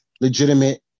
legitimate